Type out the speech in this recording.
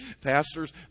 pastors